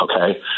okay